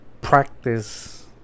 practice